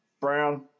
Brown